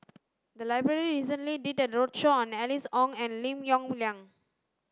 the library recently did a roadshow on Alice Ong and Lim Yong Liang